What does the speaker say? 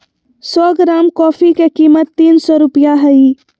सो gram coffee के कीमत तीन सो रुपया हइ